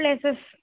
places